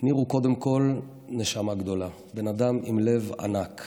ניר הוא קודם כול נשמה גדולה, אדם עם לב ענק,